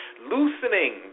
Loosening